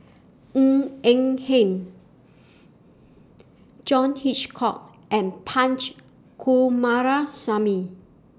Ng Eng Hen John Hitchcock and Punch Coomaraswamy